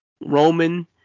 Roman